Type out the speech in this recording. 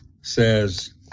says